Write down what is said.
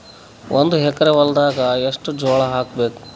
ಒಂದು ಎಕರ ಹೊಲದಾಗ ಎಷ್ಟು ಜೋಳಾಬೇಕು?